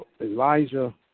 Elijah